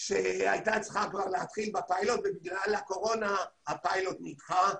שהייתה צריכה להתחיל בפיילוט אבל בגלל הקורונה הפיילוט נדחה.